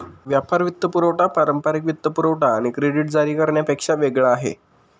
व्यापार वित्तपुरवठा पारंपारिक वित्तपुरवठा किंवा क्रेडिट जारी करण्यापेक्षा वेगळा आहे